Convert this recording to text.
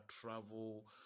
travel